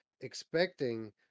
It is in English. expecting